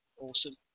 awesome